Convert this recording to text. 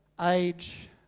age